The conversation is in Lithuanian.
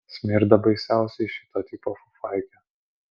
smirda baisiausiai šito tipo fufaikė